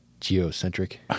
geocentric